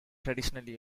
traditionally